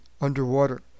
underwater